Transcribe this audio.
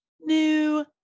new